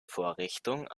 vorrichtung